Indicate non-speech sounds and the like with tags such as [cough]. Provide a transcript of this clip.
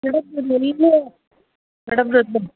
madam [unintelligible] madam [unintelligible]